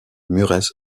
mureș